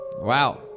Wow